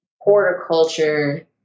horticulture